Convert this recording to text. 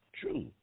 True